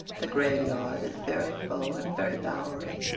the graveyard is very full and very bowery,